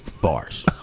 Bars